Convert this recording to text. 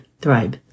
Thrive